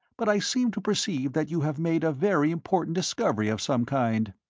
but i seem to perceive that you have made a very important discovery of some kind.